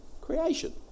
Creation